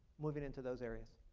moving into those areas.